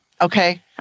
Okay